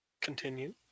Continue